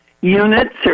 units